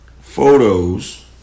photos